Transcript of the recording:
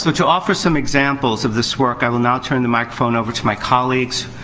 so to offer some examples of this work, i will now turn the microphone over to my colleagues.